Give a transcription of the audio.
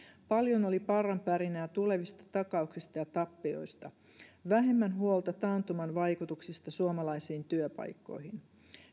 paljon oli parran pärinää tulevista takauksista ja tappioista vähemmän huolta taantuman vaikutuksista suomalaisiin työpaikkoihin